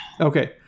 Okay